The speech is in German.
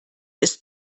ist